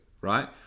right